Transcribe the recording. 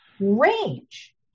range